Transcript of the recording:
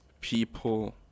people